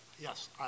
Yes